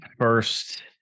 first